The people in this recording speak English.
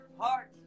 heart